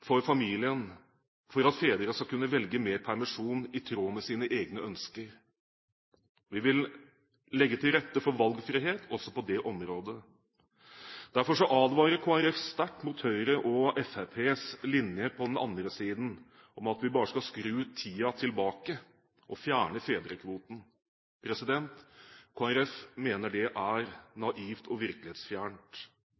for familien for at fedre skal kunne velge mer permisjon i tråd med sine egne ønsker. Vi vil legge til rette for valgfrihet også på det området. Derfor advarer Kristelig Folkeparti sterkt mot Høyre og Fremskrittspartiets linje på den andre siden, at vi bare skal skru tiden tilbake og fjerne fedrekvoten. Kristelig Folkeparti mener det er